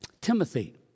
Timothy